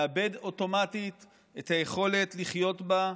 מאבד אוטומטית את היכולת לחיות בה,